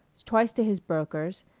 twice to his broker's,